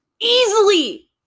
Easily